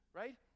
right